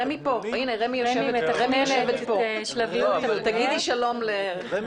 רשות מקרקעי ישראל כאן.